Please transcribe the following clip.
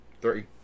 Three